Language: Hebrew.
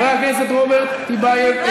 חבר הכנסת רוברט טיבייב.